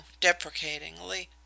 deprecatingly